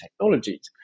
technologies